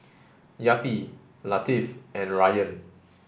Yati Latif and Ryan